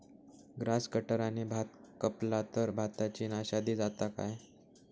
Grass कटराने भात कपला तर भाताची नाशादी जाता काय?